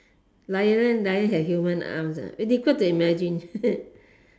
lion lion have human arms ah difficult to imagine